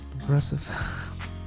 Impressive